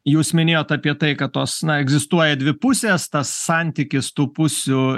jūs minėjot apie tai kad tos na egzistuoja dvi pusės tas santykis tų pusių